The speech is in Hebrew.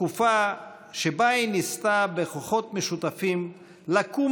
בתקופה שבה היא ניסתה בכוחות משותפים לקום